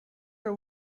are